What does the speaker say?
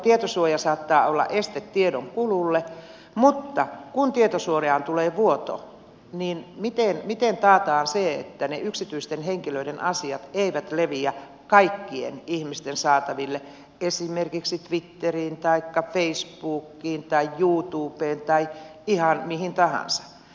tietosuoja saattaa olla este tiedonkululle mutta kun tietosuojaan tulee vuoto niin miten taataan se että ne yksityisten henkilöiden asiat eivät leviä kaikkien ihmisten saataville esimerkiksi twitteriin taikka facebookiin tai youtubeen tai ihan mihin tahansa